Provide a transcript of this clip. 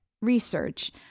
research